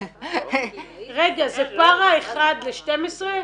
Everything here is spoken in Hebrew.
רגע, זה פארא-רפואי אחד ל-12?